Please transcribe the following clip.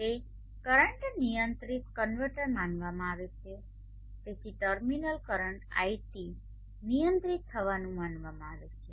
તે કરંટ નિયંત્રિત કન્વર્ટર માનવામાં આવે છે તેથી ટર્મિનલ કરંટ iT નિયંત્રિત થવાનું માનવામાં આવે છે